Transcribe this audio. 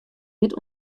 dit